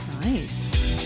Nice